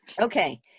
okay